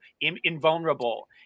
invulnerable